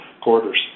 quarters